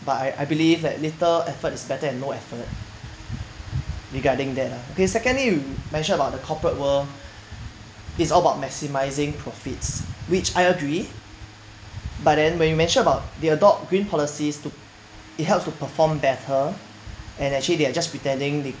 but I I believe that little effort is better than no effort regarding that lah okay secondly you mention about the corporate world is all about maximising profits which I agree but then when you mention about the adopt green policies to it helps to perform better and actually they are just pretending they